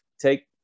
take